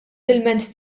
ilment